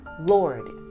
Lord